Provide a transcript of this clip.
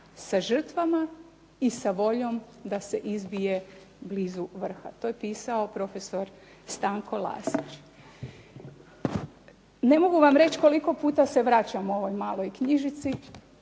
sa žrtvama i sa voljom da se izbije blizu vrha. To je pisao profesor Stanko Lasić. Ne mogu vam reći koliko puta se vraćam ovoj maloj knjižici